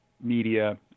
media